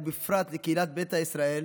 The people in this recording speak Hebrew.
ובפרט לקהילת ביתא ישראל,